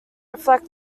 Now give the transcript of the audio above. reflect